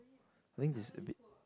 think is a bit